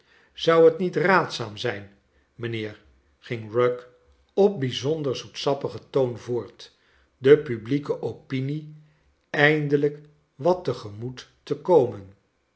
zou het niet raadzaam zijn mijnheer ging rugg op bijzonder zoetsappigen toon voort de publieke opinie eindelijk wat te gemoet te komen